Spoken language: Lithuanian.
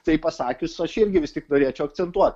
tai pasakius aš irgi vis tik norėčiau akcentuot